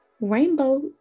rainbow